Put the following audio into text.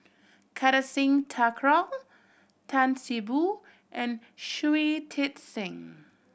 Kartar Singh Thakral Tan See Boo and Shui Tit Sing